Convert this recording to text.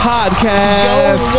Podcast